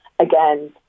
again